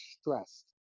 stressed